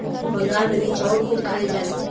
बंगाल मे भी चाउर खूब खाइल जाला